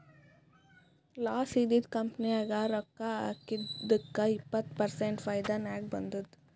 loss ಇದ್ದಿದು company ನಾಗ್ ರೊಕ್ಕಾ ಹಾಕಿದ್ದುಕ್ ಇಪ್ಪತ್ ಪರ್ಸೆಂಟ್ ಫೈದಾ ನಾಗ್ ಬಂದುದ್